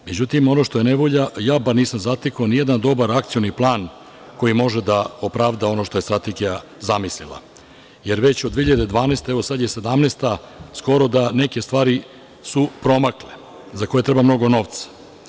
Međutim, ono što je nevolja, ja bar nisam zatekao ni jedan dobar akcioni plan koji može da opravda ono što je strategija zamislila, jer već od 2012, a evo sad je 2017. godina, skoro da su neke stvari promakle, za koje treba mnogo novca.